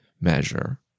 measure